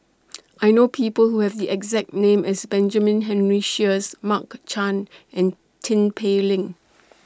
I know People Who Have The exact name as Benjamin Henry Sheares Mark Chan and Tin Pei Ling